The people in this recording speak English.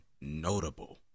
notable